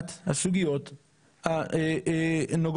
חבר